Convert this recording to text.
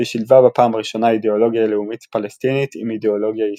ושילבה בפעם הראשונה אידאולוגיה לאומית פלסטינית עם אידאולוגיה איסלמית.